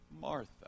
Martha